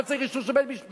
לא צריך אישור של בית-משפט.